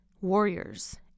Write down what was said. warriors